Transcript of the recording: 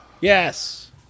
Yes